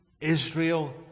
Israel